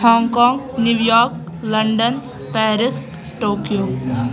Hong Kong New York London Paris Tokyo